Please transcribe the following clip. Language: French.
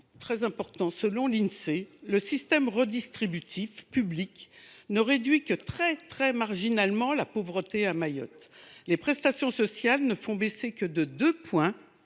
De même, selon l’Insee, le système redistributif public ne réduit que très marginalement la pauvreté à Mayotte. Les prestations sociales ne font baisser le taux de